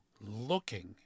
looking